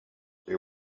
they